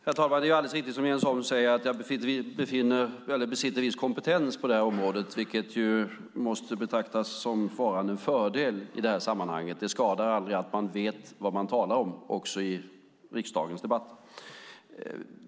Herr talman! Det är alldeles riktigt som Jens Holm säger att jag besitter viss kompetens på detta område, vilket måste betraktas som varande en fördel i det här sammanhanget. Det skadar aldrig att man vet vad man talar om också i riksdagens debatter.